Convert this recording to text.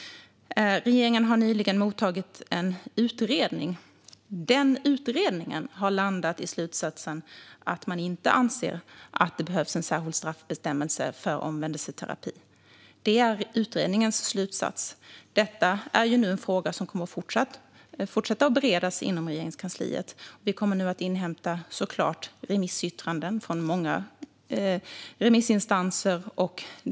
Regeringen har nyligen mottagit en utredning. Denna utredning har landat i slutsatsen att man inte anser att det behövs en särskild straffbestämmelse för omvändelseterapi. Det är utredningens slutsats. Detta är nu en fråga som fortsatt kommer att beredas inom Regeringskansliet. Vi kommer nu såklart att inhämta remissyttranden från många remissinstanser.